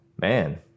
Man